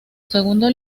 segundo